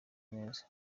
neza